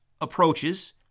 approaches